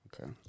Okay